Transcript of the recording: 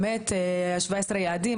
17 יעדים,